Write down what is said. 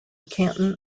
canton